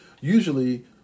usually